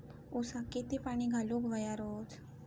ऊसाक किती पाणी घालूक व्हया रोज?